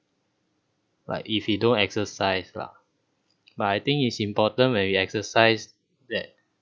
like if you don't exercise lah but I think it's important where we exercise that